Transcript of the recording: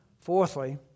Fourthly